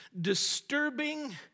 disturbing